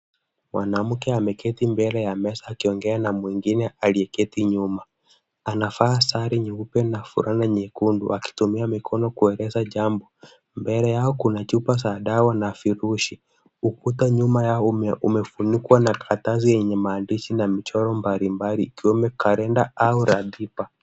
Mwanamke ameketi mbele ya meza akiongea na mwingine aliye keti nyuma, anavaa sare nyeupe na fulana nyekundu akitumia mikono kueleza jambo. Mbele yao kuna chupa za dawa na virushi. Ukuta nyuma yao umefunikwa na karatsi yenye maandishi na michoro mbali mbali ikiwemo kalenda au ratiba.